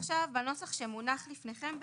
אז עכשיו בנוסח שמונח לפניכם,